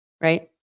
right